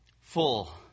full